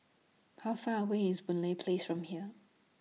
How Far away IS Boon Lay Place from here